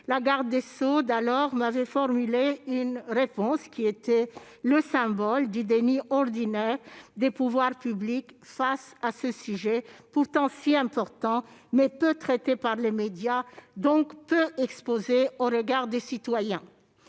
La garde des sceaux d'alors m'avait formulé une réponse qui était le symbole du déni ordinaire des pouvoirs publics face à ce sujet pourtant si important, mais peu traité par les médias, donc peu exposé au regard des citoyens.